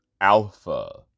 Alpha